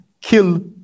kill